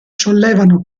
sollevano